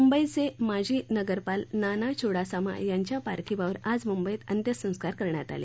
मुंबईचे माजी नगरपाल नाना चुडासामा यांच्या पार्थिवावर आज मुंबईत अत्यंसंस्कार करण्यात आले